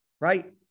right